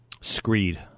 screed